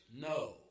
no